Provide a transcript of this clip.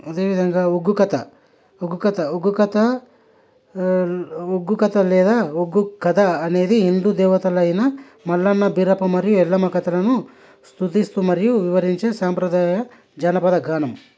అదే విధంగా ఉగ్గుకథ ఉగ్గుకథ ఉగ్గుకథ ఉగ్గుకథ లేదా ఉగ్గుకథ అనేది హిందు దేవతలైన మల్లన్న బీరప్ప మరియు ఎల్లమ్మ కథలను స్తుతిస్తూ మరియు వివరించే సంప్రదాయ జానపద గానం